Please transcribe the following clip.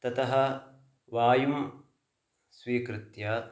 ततः वायुं स्वीकृत्य